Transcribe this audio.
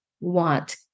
want